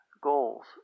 goals